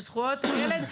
זה זכויות הילד,